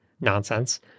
nonsense